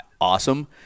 Awesome